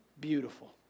beautiful